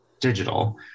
digital